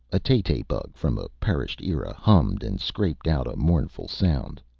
a tay-tay bug from a perished era, hummed and scraped out a mournful sound.